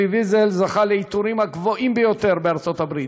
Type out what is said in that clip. אלי ויזל זכה לעיטורים הגבוהים ביותר בארצות-הברית: